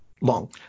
long